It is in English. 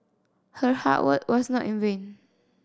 her hard work was not in vain